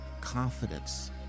confidence